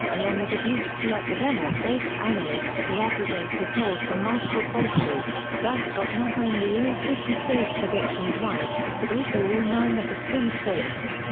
along with at least two academic-based analysts who aggregated polls from multiple pollsters, thus got not only all fifty state predictions right, but also all nine of the swing states.